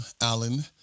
Alan